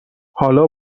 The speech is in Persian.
حالا